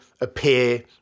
appear